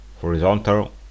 horizontal